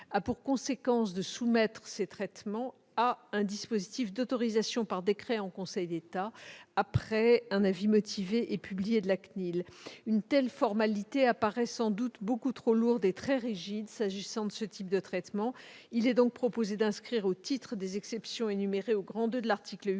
a pour conséquence de soumettre ces traitements à un dispositif d'autorisation par décret en Conseil d'État, après un avis motivé et publié de la CNIL. Une telle formalité apparaît sans doute beaucoup trop lourde et très rigide s'agissant de ce type de traitements. Il est donc proposé d'inscrire au titre des exceptions énumérées au II de l'article 8